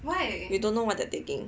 you don't know what they are thinking